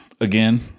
again